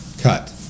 Cut